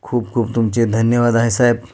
खूप खूप तुमचे धन्यवाद आहे साहेब